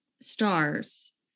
stars